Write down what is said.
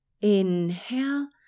Inhale